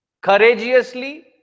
courageously